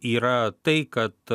yra tai kad